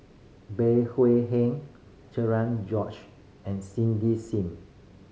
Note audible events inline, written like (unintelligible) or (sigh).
Bey (unintelligible) Heng (unintelligible) George and Cindy Sim